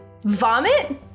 Vomit